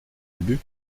ubu